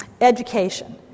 education